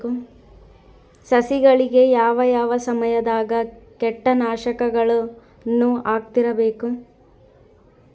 ಸಸಿಗಳಿಗೆ ಯಾವ ಯಾವ ಸಮಯದಾಗ ಕೇಟನಾಶಕಗಳನ್ನು ಹಾಕ್ತಿರಬೇಕು?